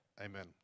amen